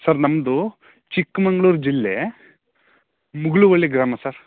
sir ನಮ್ಮದು ಚಿಕ್ಮಗ್ಳೂರು ಜಿಲ್ಲೆ ಮುಗುಳುವಳ್ಳಿ ಗ್ರಾಮ ಸರ್